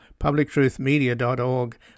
publictruthmedia.org